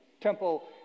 temple